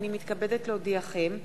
הנני מתכבדת להודיעכם,